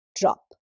drop